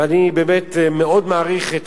ואני באמת מאוד מעריך את